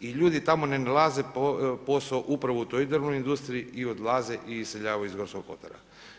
i ljudi tamo ne nalaze posao upravo u toj drvnoj industriji i odlaze i iseljavaju iz Gorskog kotara.